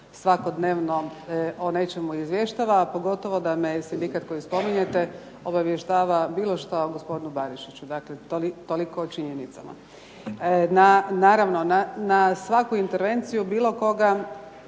svakodnevno o nečemu izvještava, a pogotovo da me sindikat koji spominjete obavještava bilo šta o gospodinu Barišiću. Dakle, toliko o činjenicama. Naravno, na svaku intervenciju bilo koga,